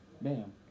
Bam